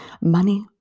money